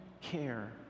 care